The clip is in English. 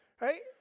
right